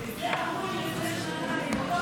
את זה אמרו לי לפני שנתיים.